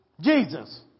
Jesus